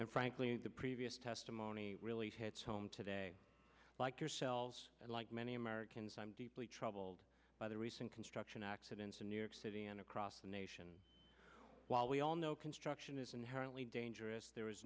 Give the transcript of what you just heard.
and frankly the previous testimony really hits home today like yourselves and like many americans i'm deeply troubled by the recent construction accidents in new york city and across the nation while we all know construction is inherently dangerous there is